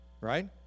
right